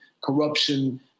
corruption